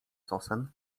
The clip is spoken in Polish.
sosen